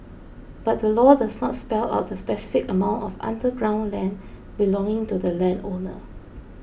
but the law does not spell out the specific amount of underground land belonging to the landowner